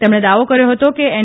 તેમણે દાવો કર્યો હતો કે એન